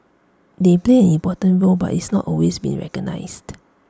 they played an important role but it's not always been recognised